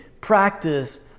practice